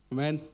Amen